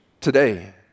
today